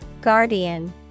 Guardian